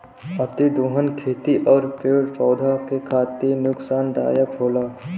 अतिदोहन खेती आउर पेड़ पौधन के खातिर नुकसानदायक होला